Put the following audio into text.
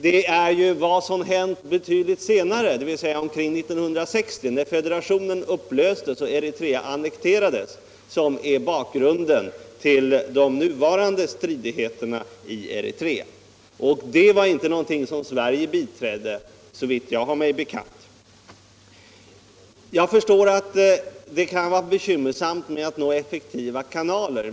Nej, det är vad som hänt betydligt senare — dvs. omkring 1960, när federationen upplöstes och Eritrea annekterades — som är bakgrunden till de nuvarande stridigheterna i Eritrea, och såvitt jag har mig bekant var detta ingenting som Sverige biträdde. Jag förstår att det kan vara svårt att upprätta effektiva kanaler.